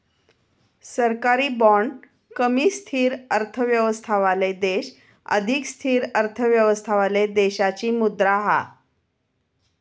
सरकारी बाँड कमी स्थिर अर्थव्यवस्थावाले देश अधिक स्थिर अर्थव्यवस्थावाले देशाची मुद्रा हा